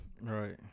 Right